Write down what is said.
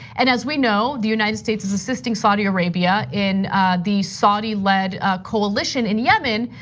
and as we know, the united states is assisting saudi arabia in the saudi led coalition in yemen,